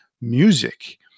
music